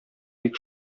бик